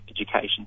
education